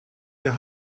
der